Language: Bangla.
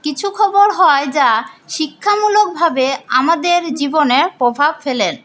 কিছু খবর হয় যা শিক্ষামূলকভাবে আমাদের জীবনে প্রভাব ফেলে